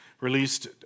released